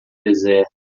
deserto